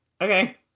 okay